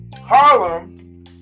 Harlem